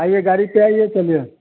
आइए गाड़ी से आइए चलिए